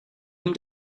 him